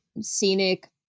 scenic